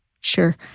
Sure